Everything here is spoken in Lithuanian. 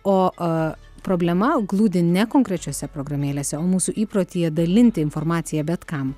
o problema glūdi ne konkrečiose programėlėse o mūsų įprotyje dalinti informaciją bet kam